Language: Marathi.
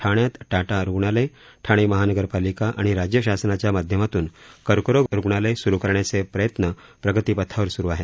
ठाण्यात टाटा रुग्णालय ठाणे महानगरपालिका आणि राज्य शासनाच्या माध्यमातून कर्करोग रुग्णालय सुरु करण्याचे प्रयत्न प्रगती पथावर सुरु आहेत